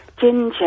Ginger